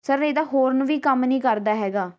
sir ਇਹਦਾ horn ਵੀ ਕੰਮ ਨਹੀਂ ਕਰਦਾ ਹੈਗਾ